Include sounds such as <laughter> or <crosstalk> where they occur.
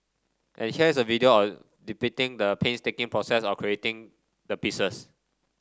and here is a video <unintelligible> depicting the painstaking process of creating the pieces